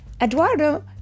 Eduardo